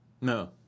No